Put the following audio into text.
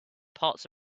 parts